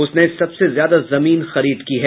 उसने सबसे ज्यादा जमीन खरीद की है